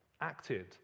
acted